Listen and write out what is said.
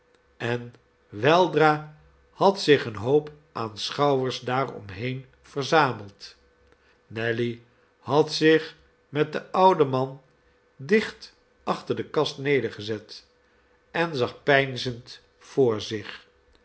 en weldra had zich een hoop aanschouwers daaromheen verzameld nelly had zich met den ouden man dicht achter de kast nedergezet en zag peinzend voor zich